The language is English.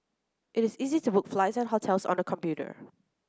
it is easy to book flights and hotels on the computer